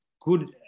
good